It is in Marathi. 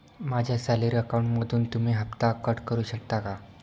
माझ्या सॅलरी अकाउंटमधून तुम्ही हफ्ता कट करू शकता का?